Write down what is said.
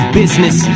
business